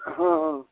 हाँ हाँ